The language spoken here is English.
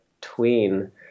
tween